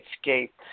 escape